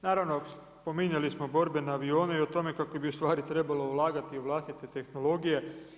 Naravno spominjali smo borbene avione i o tome kako bi u stvari trebalo ulagati u vlastite tehnologije.